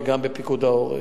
וגם בפיקוד העורף.